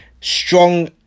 strong